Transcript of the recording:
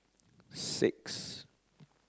six